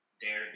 Dare